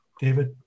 david